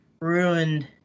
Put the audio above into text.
ruined